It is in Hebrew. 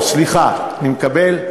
הזוֹ, סליחה, אני מקבל.